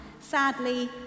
Sadly